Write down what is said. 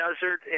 desert